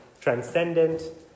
transcendent